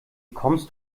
kommst